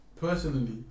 personally